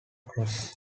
cross